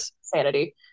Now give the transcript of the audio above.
sanity